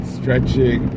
stretching